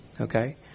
Okay